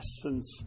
essence